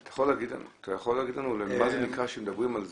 אתה יכול להגיד לנו מה זה נקרא שמדברים על זה,